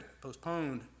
postponed